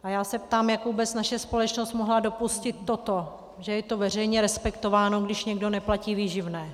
A já se ptám, jak vůbec naše společnost mohla dopustit toto, že je veřejně respektováno, když někdo neplatí výživné.